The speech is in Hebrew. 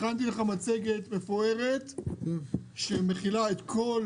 הכנתי לך מצגת מפוארת שמכילה את כל